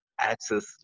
access